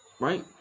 right